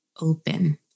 open